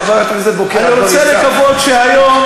חברת הכנסת בוקר, אני רוצה לקוות שהיום,